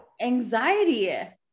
anxiety